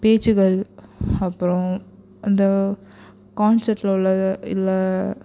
பேச்சுகள் அப்புறம் அந்த கான்செர்ட்டில் உள்ளது இல்லை